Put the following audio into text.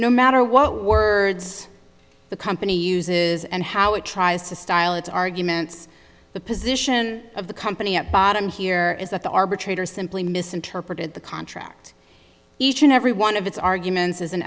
no matter what words the company uses and how it tries to style its arguments the position of the company at bottom here is that the arbitrator simply misinterpreted the contract each and every one of its arguments is an